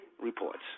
Reports